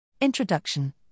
Introduction